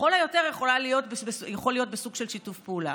לכל היותר יכול להיות בסוג של שיתוף פעולה.